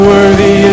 Worthy